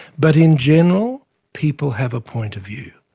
but in general, people have a point of view.